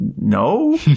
no